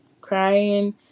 crying